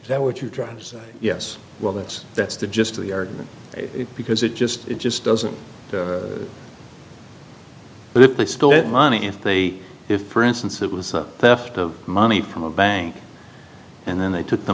is that what you're trying to say yes well that's that's the gist of the argument because it just it just doesn't but if they still get money if they if for instance it was a theft of money from a bank and then they took the